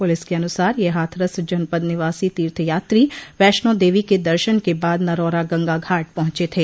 police के अनुसार ये हाथरस जनपद निवासी तीर्थ यात्री वैष्णो देवी के दर्शन के बाद नरौरा गंगा घाट पहुंचे थे